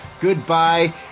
goodbye